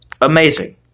Amazing